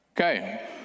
Okay